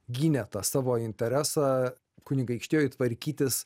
gynė tą savo interesą kunigaikštijoj tvarkytis